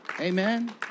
Amen